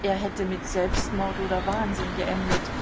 er hätte mit selbstmord oder wahnsinn geendet